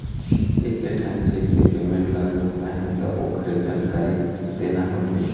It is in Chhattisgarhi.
एकेठन चेक के पेमेंट ल रोकना हे त ओखरे जानकारी देना होथे